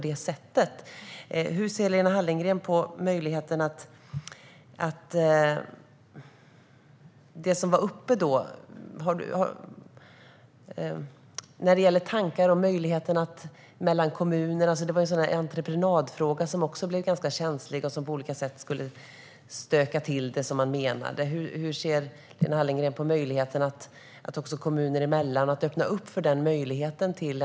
Det fanns en fråga om entreprenad som också blev ganska känslig och som man menade skulle stöka till det på olika sätt. Hur ser Lena Hallengren på möjligheten att kommuner emellan öppna för en sådan lösning?